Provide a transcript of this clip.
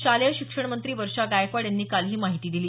शालेय शिक्षणमंत्री वर्षा गायकवाड यांनी काल ही माहिती दिली